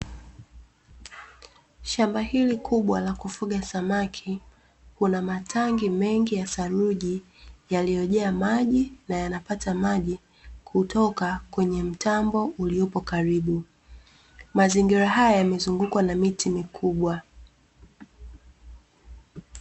Shamba hili kubwa la kufuga samaki, kuna matangi mengi ya saruji yaliyojaa maji na yanapata maji kutoka kwenye mtambo uliopo karibu. Mazingira haya yamezungukwa na miti mikubwa.